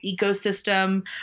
ecosystem